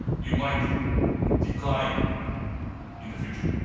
you might decline in the future.